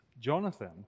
Jonathan